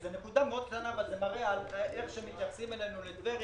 זאת נקודה ק טונה אבל היא מראה איך מתייחסים לטבריה.